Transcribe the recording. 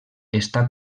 està